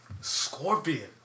Scorpion